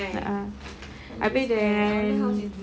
a'ah habis then